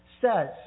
says